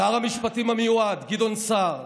שר המשפטים המיועד גדעון סער